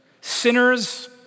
sinners